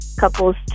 couples